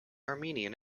armenian